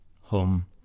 home